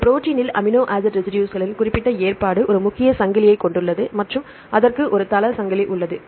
ஒரு ப்ரோடீனில் amino acid ரெசிடுஸ்களின் குறிப்பிட்ட ஏற்பாடு ஒரு முக்கிய சங்கிலியைக் கொண்டுள்ளது மற்றும் அதற்கு ஒரு தள சங்கிலி உள்ளது